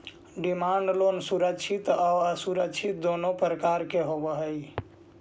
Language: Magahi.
डिमांड लोन सुरक्षित आउ असुरक्षित दुनों प्रकार के होवऽ हइ